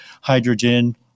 hydrogen